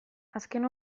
azken